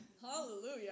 Hallelujah